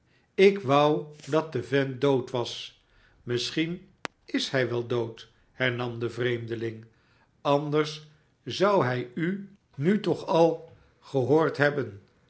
ik wou dat de vent dood was misschien is hij wel dood hernam de vreemdeling a anders zou hij u nu toch